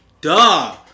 Duh